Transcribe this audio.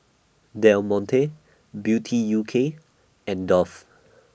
Del Monte Beauty U K and Dove